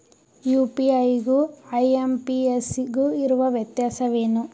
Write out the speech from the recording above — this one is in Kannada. ಯು.ಪಿ.ಐ ಗು ಐ.ಎಂ.ಪಿ.ಎಸ್ ಗು ಇರುವ ವ್ಯತ್ಯಾಸವೇನು?